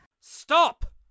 Stop